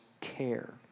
care